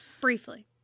Briefly